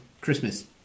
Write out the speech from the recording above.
Christmas